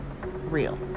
real